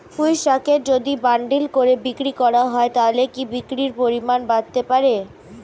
পুঁইশাকের যদি বান্ডিল করে বিক্রি করা হয় তাহলে কি বিক্রির পরিমাণ বাড়তে পারে?